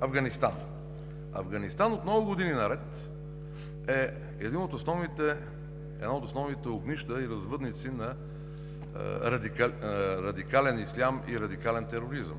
Афганистан? Афганистан от много години наред е едно от основните огнища и развъдници на радикален ислям и радикален тероризъм.